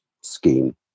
scheme